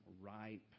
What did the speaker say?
ripe